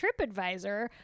TripAdvisor